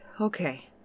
okay